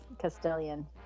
Castilian